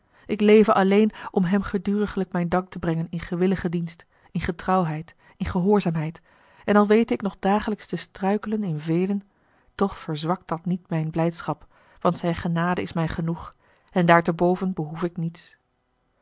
ik leve alleen om hem geduriglijk mijn dank te brengen in gewilligen dienst in getrouwheid in gehoorzaamheid en al wete ik nog dagelijks te struikelen in velen toch verzwakt dat niet mijne blijdschap want zijne genade is mij genoeg en daar te boven behoef ik niets